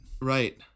Right